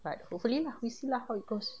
but hopefully lah we see lah how it goes